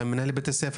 עם מנהלי בתי הספר.